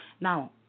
Now